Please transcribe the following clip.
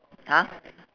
!huh!